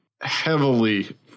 heavily